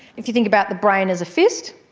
if you think about the brain as a fist,